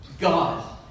God